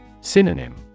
Synonym